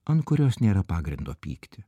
ant kurios nėra pagrindo pykti